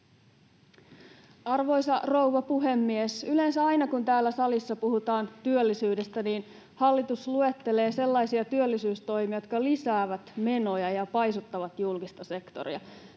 Arvoisa rouva puhemies! Yleensä aina kun täällä salissa puhutaan työllisyydestä, hallitus luettelee sellaisia työllisyystoimia, jotka lisäävät menoja ja paisuttavat julkista sektoria.